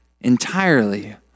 entirely